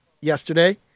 yesterday